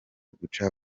guca